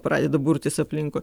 pradeda burtis aplinkui